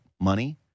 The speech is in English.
money